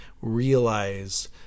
realize